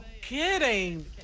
kidding